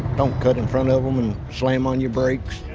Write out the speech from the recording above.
don't cut in front of them and slam on your brakes,